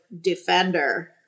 defender